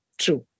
true